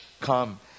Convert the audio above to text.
come